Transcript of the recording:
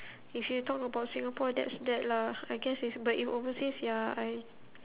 if you talk about singapore that's that lah I guess it's but if overseas ya I